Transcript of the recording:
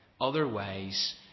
Otherwise